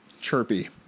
chirpy